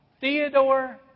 Theodore